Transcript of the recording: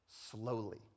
slowly